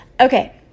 Okay